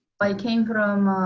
but came from